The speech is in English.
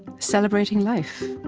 celebrating life,